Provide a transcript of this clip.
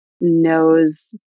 knows